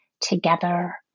together